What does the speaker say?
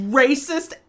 racist